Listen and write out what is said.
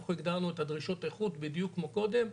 אנחנו הגדרנו את דרישות האיכות בדיוק כמו קודם,